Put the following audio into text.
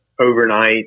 overnight